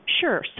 Sure